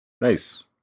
Nice